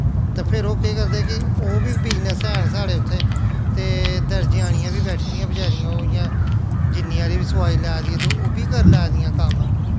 ते फिर ओह् केह् करदे कि ओह् बी बिजनस हैन साढ़े उत्थै ते दरजेआनियां बी बैठी दियां बेचारियां ओह् इ'यां जिन्नी हारी बी सोआई लै दी ऐ ते ओह् बी करी लैंदियां कम्म